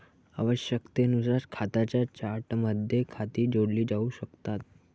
आवश्यकतेनुसार खात्यांच्या चार्टमध्ये खाती जोडली जाऊ शकतात